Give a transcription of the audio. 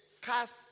cast